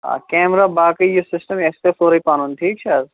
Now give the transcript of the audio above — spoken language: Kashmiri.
آ کیٚمرا باقٕے یہِ سِسٹم یہِ آسہِ تۅہہِ سورُے پَنُن ٹھیک چھُ حظ